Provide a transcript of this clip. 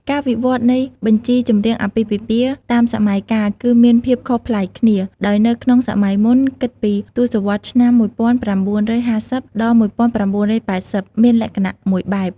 ការវិវត្តនៃបញ្ជីចម្រៀងអាពាហ៍ពិពាហ៍តាមសម័យកាលគឺមានភាពខុសប្លែកគ្នា ដោយនៅក្នុងសម័យមុន គិតពី ទសវត្សរ៍ឆ្នាំ ១៩៥០ដល់ ១៩៨០ មានលក្ខណៈមួយបែប។